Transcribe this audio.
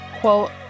quote